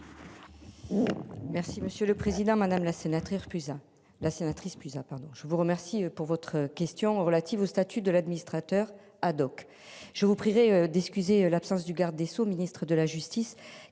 Merci monsieur le président, madame la sénatrice, plus la sénatrice plus ah pardon je vous remercie pour votre question relative au statut de l'administrateur ad-hoc. Je vous prierai discuter l'absence du garde des Sceaux Ministre de la justice